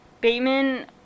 Bateman